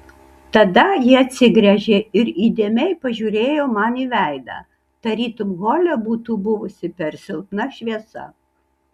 tada ji atsigręžė ir įdėmiai pažiūrėjo man į veidą tarytum hole būtų buvusi per silpna šviesa